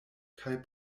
kaj